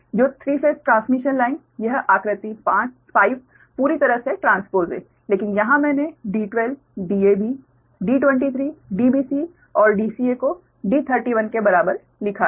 तो 3 phase transmission line यह आंकृति 5 पूरी तरह से ट्रांसपोस है लेकिन यहाँ मैंने D12 Dab D23 Dbc और Dca को D31 के बराबर लिखा है